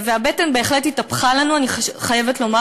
הבטן בהחלט התהפכה לנו, אני חייבת לומר.